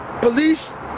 police